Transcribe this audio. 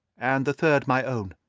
and the third my own.